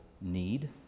need